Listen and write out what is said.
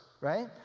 right